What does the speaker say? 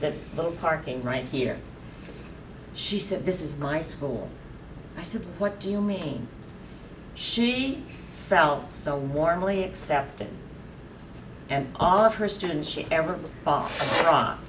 that little parking right here she said this is my school i said what do you mean she felt so warmly accepted and all of her students she ever